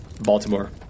Baltimore